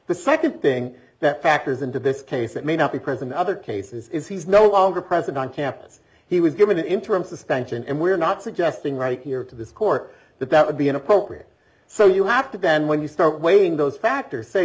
the second thing that factors into this case that may not be present in other cases is he's no longer present on campus he was given an interim suspension and we're not suggesting right here to this court that that would be inappropriate so you have to then when you start weighing those factors say